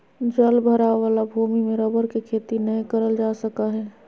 जल भराव वाला भूमि में रबर के खेती नय करल जा सका हइ